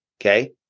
okay